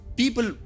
people